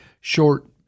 short